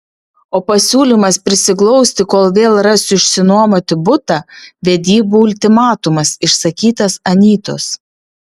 o pasiūlymas prisiglausti kol vėl rasiu išsinuomoti butą vedybų ultimatumas išsakytas anytos